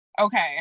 Okay